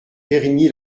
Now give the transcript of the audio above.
périgny